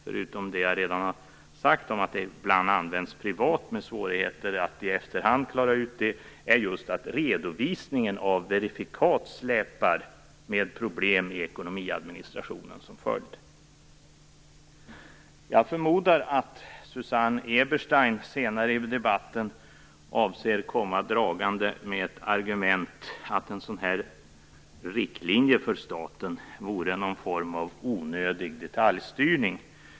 Förutom det jag redan har sagt om att de ibland används privat vilket medför svårigheter att i efterhand klara ut det hela, släpar redovisningen av verifikaten efter med problem i ekonomiadministrationen som följd. Jag förmodar att Susanne Eberstein senare i debatten avser att komma dragande med argument om att en sådan här riktlinje för staten vore någon form av onödig detaljstyrning.